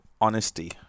honesty